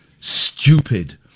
stupid